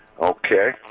Okay